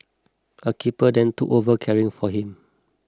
a keeper then took over caring for him